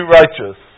righteous